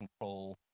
control